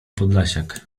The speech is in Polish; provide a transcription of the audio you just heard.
podlasiak